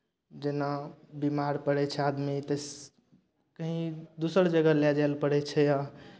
जेना बिमार पड़ै छै आदमी तऽ स् कहीँ दोसर जगह लए जाय लेल पड़ै छै या